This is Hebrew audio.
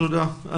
תודה.